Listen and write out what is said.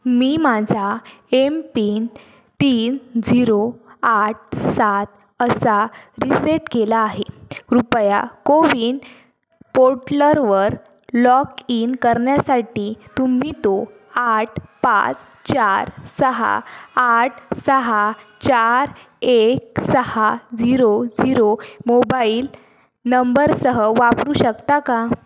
मी माझा M PIN तीन zero आठ सात असा रिसेट केला आहे कृपया को विन पोर्टलरवर लॉक इन करण्यासाठी तुम्ही तो आठ पाच चार सहा आठ सहा चार एक सहा झिरो झिरो मोबाईल नंबरसह वापरू शकता का